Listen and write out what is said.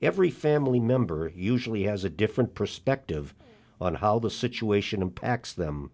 every family member usually has a different perspective on how the situation impacts them